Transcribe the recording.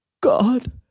God